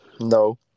No